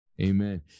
Amen